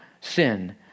sin